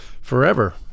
forever